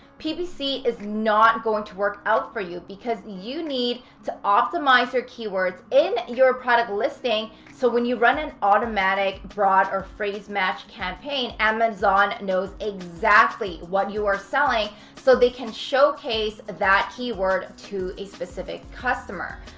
ppc is not going to work out for you because you need to optimize your keywords in your product listing so when you run an automatic, broad, or phrase match campaign, amazon knows exactly what you are selling so they can showcase that keyword to a specific customer.